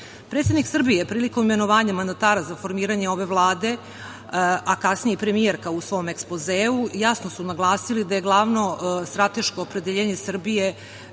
Nemačka. Predsednik Srbije prilikom imenovanja mandatara za formiranje ove Vlade, a kasnije i premijerka u svom Ekspozeu jasno su naglasili da je glavno strateško opredeljenje Srbije